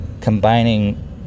combining